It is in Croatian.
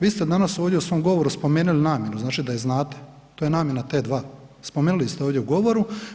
Vi ste danas ovdje u svom govoru spomenuli namjenu, znači da je znate, to je namjena T2, spomenuli ste ovdje u govoru.